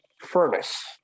furnace